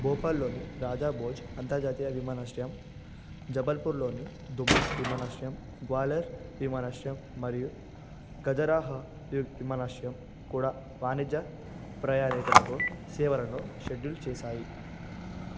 భోపాల్లోని రాజా భోజ్ అంతర్జాతీయ విమానాశ్రయం జబల్పూర్లోని దుమ్నా విమానాశ్రయం గ్వాలేర్ విమానాశ్రయం మరియు గజరాహ్ విమానాశ్రయం కూడా వాణిజ్య ప్రయారీకులకు సేవలను షెడ్యూల్ చేశాయి